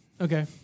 Okay